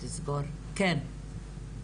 כן.